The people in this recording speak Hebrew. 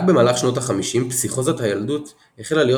רק במהלך שנות החמישים פסיכוזת הילדות החלה להיות